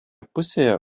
pusėje